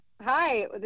Hi